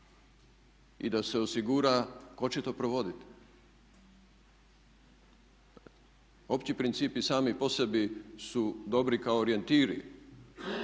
i da se osigura tko će to provoditi. Opći principi sami po sebi su dobri kao orijentiri